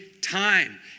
time